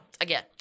again